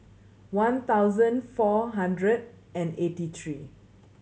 one thousand four hundred and eighty three